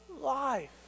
life